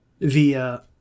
via